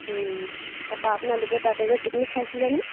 তাৰপৰা আপোনালোকে তাতে গৈ পিকনিক খাইছিলেনে